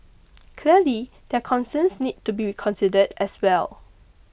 clearly their concerns need to be considered as well